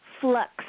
flux